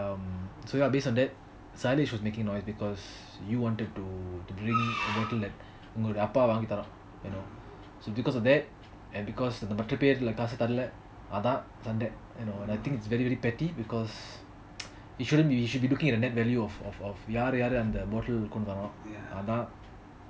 um so ya um based on that சைலேஷ்:sailesh was making noise because you wanted to drink உங்களோட அப்பா வாங்கி தரங்க:ungaloda appa vangi tharanga you know so because of that and because of மற்ற பெரு காசு தாராள:matra peru kaasu tharala I think it is very very petty அதன் சண்டை:athan sanda should be looking at the nett value of of of the யாரு யாரு அந்த:yaaru yaaru antha bottle கொண்டு வரோம்:kondu varom